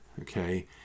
Okay